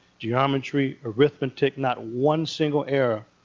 geometry, arithmetic, not one single error,